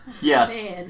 Yes